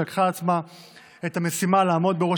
שלקחה על עצמה את המשימה לעמוד בראש